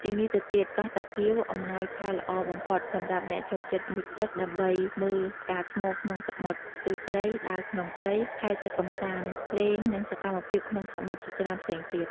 ជាងនេះទៅទៀត កោះតាគៀវអំណោយផលល្អបំផុត សម្រាប់អ្នកចូលចិត្តមុជទឹកដើម្បីមើលផ្កាថ្មក្នុងសមុទ្រ ស្ទួចត្រី ដើរក្នុងព្រៃ ហែលទឹកកម្សាន្តលេង និងសកម្មភាពក្នុងសមុទ្រជាច្រើនផ្សេងទៀត។